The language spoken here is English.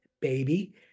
baby